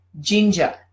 ginger